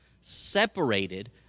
separated